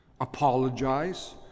apologize